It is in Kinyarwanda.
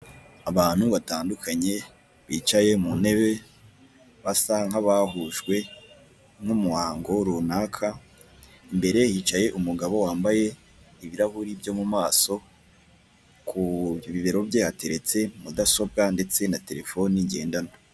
Abantu batandukanye bicaye mu ntebe basa nkabahujwe n'umuhango runaka, imbere hicaye umugabo wambaye ibirahuri byo mu maso ku bibero bye hateretse mudasobwa ndetse na terefone ngendanwa.